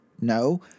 No